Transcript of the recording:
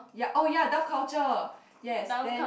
ya oh ya Daf Culture yes then